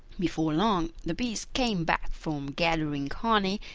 before long the bees came back from gathering honey,